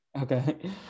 Okay